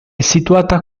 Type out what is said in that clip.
situata